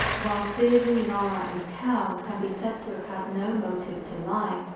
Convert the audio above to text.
whilst deidre, lara and cal can be said to have had no motive to lie,